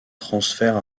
transfert